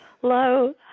hello